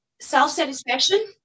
self-satisfaction